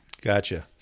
Gotcha